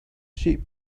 sheep